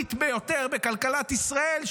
הנוראית ביותר בכלכלת ישראל,